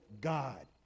God